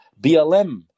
BLM